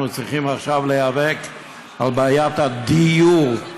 אנחנו צריכים עכשיו להיאבק על בעיית הדיור,